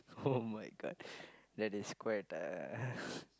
oh-my-God that is quite uh